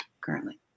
currently